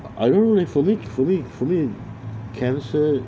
I don't really week 福利福利 cancer